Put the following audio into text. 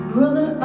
Brother